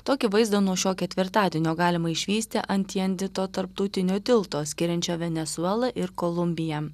tokį vaizdą nuo šio ketvirtadienio galima išvysti ant jendito tarptautiniu tilto skiriančio venesuelą ir kolumbiją